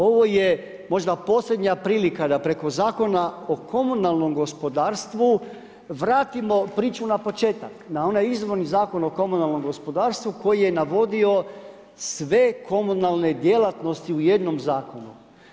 Ovo je možda posljednja prilika da preko Zakona o komunalnom gospodarstvu vratimo priču na početak, na onaj izvorni Zakon o komunalnom gospodarstvu koji je navodio sve komunalne djelatnosti u jednom zakonu.